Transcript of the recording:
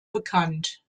bekannt